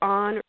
on